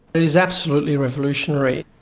it's absolutely revolutionary.